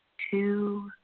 two,